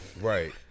Right